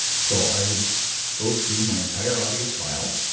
so, i would go through my entire audio file,